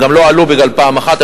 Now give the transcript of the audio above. הם גם לא עלו בגלל פעם אחת,